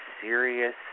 serious